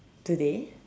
today